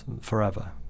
forever